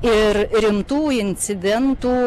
ir rimtų incidentų